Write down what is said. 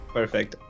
Perfect